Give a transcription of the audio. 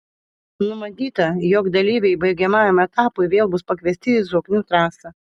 numatyta jog dalyviai baigiamajam etapui vėl bus pakviesti į zoknių trasą